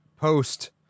Post